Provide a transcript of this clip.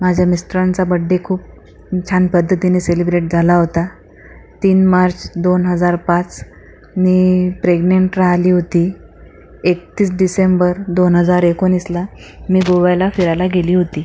माझ्या मिस्टरांचा बड्डे खूप छान पद्धतीने सेलिब्रेट झाला होता तीन मार्च दोन हजार पाच मी प्रेग्नंट राहिली होती एकतीस डिसेंबर दोन हजार एकोणीसला मी गोव्याला फिरायला गेली होती